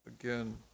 again